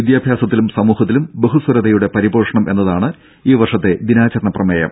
വിദ്യാഭ്യാസത്തിലും സമൂഹത്തിലും ബഹുസ്വരതയുടെ പരിപോഷണം എന്നതാണ് ഈ വർഷത്തെ ദിനാചരണ പ്രമേയം